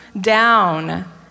down